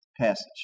passage